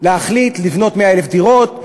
להחליט לבנות 100,000 דירות,